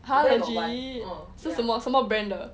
!huh! legit 是什么 brand